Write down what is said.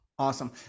Awesome